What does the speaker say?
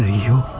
you